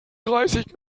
dreißig